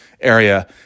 area